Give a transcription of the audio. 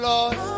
Lord